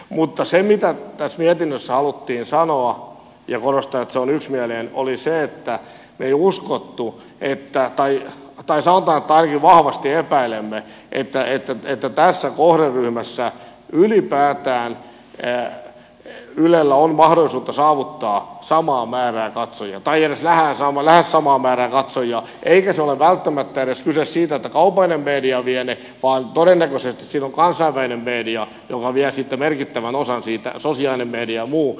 mutta se mitä tässä mietinnössä haluttiin sanoa ja korostan että se on yksimielinen oli se että me emme uskoneet tai sanotaan että ainakin vahvasti epäilemme että tässä kohderyhmässä ylipäätään ylellä on mahdollisuutta saavuttaa samaa määrää katsojia tai edes lähes samaa määrää katsojia eikä ole välttämättä edes kyse siitä että kaupallinen media vie ne vaan todennäköisesti siinä on kansainvälinen media joka vie sitten merkittävän osan siitä sosiaalinen media ja muu